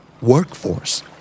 Workforce